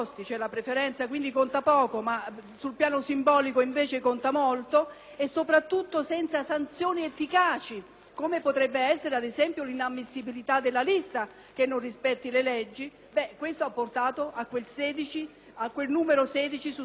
come potrebbe essere, ad esempio, l'inammissibilità della lista che non rispetta le leggi - ha portato a 16 parlamentari elette su 78. Diciamo, allora, che non ha funzionato e che se vogliamo davvero risolvere questo problema e lo abbiamo a cuore